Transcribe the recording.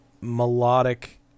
melodic